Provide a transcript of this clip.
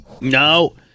No